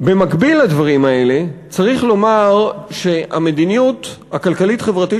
במקביל לדברים האלה צריך לומר שהמדיניות הכלכלית-חברתית